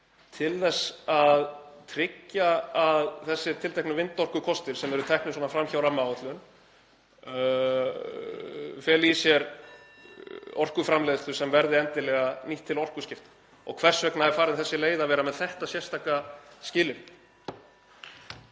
til að tryggja að þessir tilteknu vindorkukostir, sem eru teknir fram hjá rammaáætlun, feli í sér orkuframleiðslu sem verði endilega nýtt til orkuskipta. Og hvers vegna er farin þessi leið að vera með þetta sérstaka skilyrði?